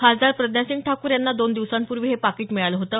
खासदार प्रज्ञासिंग ठाकूर यांना दोन दिवसांपूर्वी हे पाकीट मिळालं होत